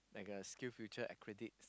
like a SkillsFuture accredit